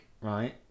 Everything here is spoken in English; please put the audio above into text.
right